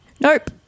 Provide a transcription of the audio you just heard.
Nope